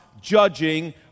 judging